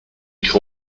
cru